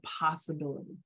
possibility